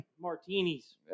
Martinis